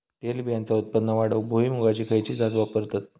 तेलबियांचा उत्पन्न वाढवूक भुईमूगाची खयची जात वापरतत?